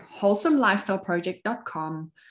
wholesomelifestyleproject.com